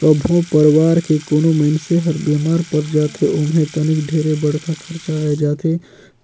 कभो परवार के कोनो मइनसे हर बेमार पर जाथे ओम्हे तनिक ढेरे बड़खा खरचा आये जाथे